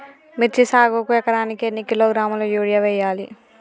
మిర్చి సాగుకు ఎకరానికి ఎన్ని కిలోగ్రాముల యూరియా వేయాలి?